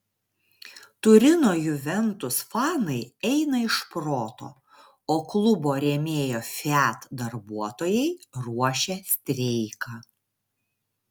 turino juventus fanai eina iš proto o klubo rėmėjo fiat darbuotojai ruošia streiką